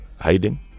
hiding